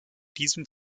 diesem